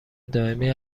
دائمی